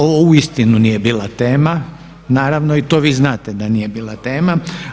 Ovo uistinu nije bila tema, naravno i to vi znate da nije bila tema.